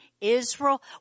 Israel